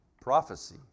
prophecy